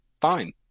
Fine